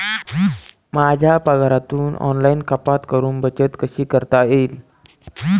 माझ्या पगारातून ऑनलाइन कपात करुन बचत कशी करता येईल?